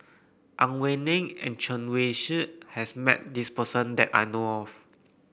Ang Wei Neng and Chen Wen Hsi has met this person that I know of